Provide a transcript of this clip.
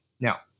Now